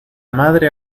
madre